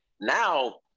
Now